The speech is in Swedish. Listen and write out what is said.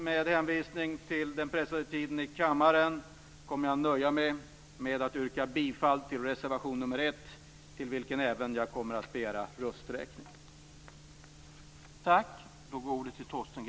Med hänvisning till den pressade tiden i kammaren kommer jag att nöja mig med att yrka bifall till reservation nr 1, på vilken jag även kommer att begära rösträkning.